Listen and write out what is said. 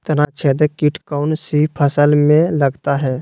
तनाछेदक किट कौन सी फसल में लगता है?